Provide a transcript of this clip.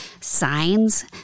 signs